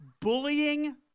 bullying